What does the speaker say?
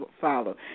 follow